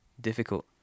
difficult